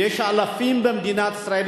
ויש אלפים במדינת ישראל,